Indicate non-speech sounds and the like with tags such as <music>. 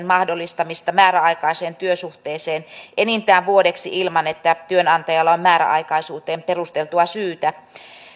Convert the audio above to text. <unintelligible> mahdollistamista määräaikaiseen työsuhteeseen enintään vuodeksi ilman että työnantajalla on määräaikaisuuteen perusteltua syytä